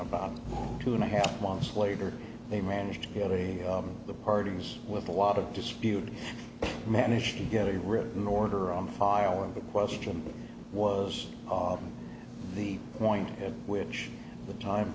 about two and a half months later they managed to get a the parties with a lot of disputed mannish to get a written order on file and the question was the point at which the time